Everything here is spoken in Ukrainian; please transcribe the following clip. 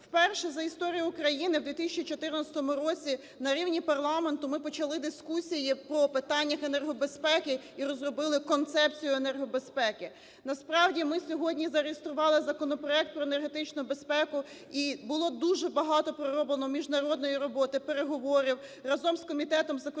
Вперше за історію України в 2014 році на рівні парламенту ми почали дискусії по питаннях енергобезпеки і розробили концепцію енергобезпеки. Насправді ми сьогодні зареєстрували законопроект про енергетичну безпеку, і було дуже багато пророблено міжнародної роботи, переговорів разом з Комітетом закордонних